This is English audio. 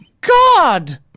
God